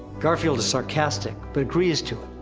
garfield is sarcastic, but agrees to